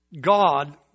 God